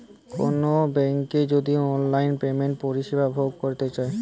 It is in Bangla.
কোনো বেংকের যদি অনলাইন পেমেন্টের পরিষেবা ভোগ করতে চাই